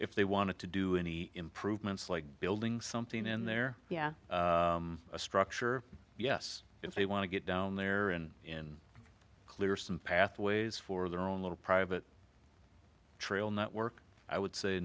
if they wanted to do any improvements like building something in there yeah a structure yes if they want to get down there and in clear some pathways for their own little private trail network i would say